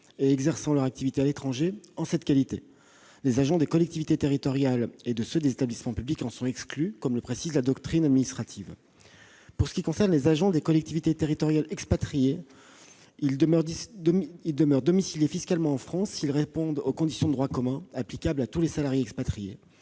et exerçant leur activité à l'étranger en cette qualité. Les agents des collectivités territoriales et des établissements publics en sont exclus, comme le précise la doctrine administrative. Pour ce qui concerne les agents des collectivités territoriales expatriés, ils demeurent domiciliés fiscalement en France s'ils répondent aux conditions de droit commun applicables à tous les salariés expatriés.